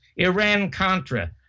Iran-Contra